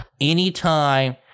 anytime